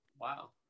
Wow